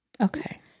Okay